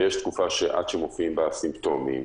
יש תקופה עד שמופיעים בה הסימפטומים,